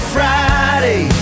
Friday